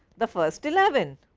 the first eleven.